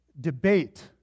debate